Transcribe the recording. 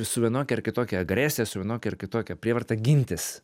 su vienokia ar kitokia agresija su vienokia ar kitokia prievarta gintis